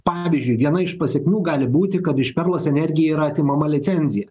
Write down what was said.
pavyzdžiui viena iš pasekmių gali būti kad iš perlas energija yra atimama licenzija